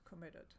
committed